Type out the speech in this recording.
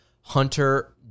Hunter